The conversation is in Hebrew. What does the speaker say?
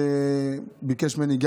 שביקש ממני,